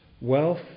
wealth